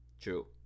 True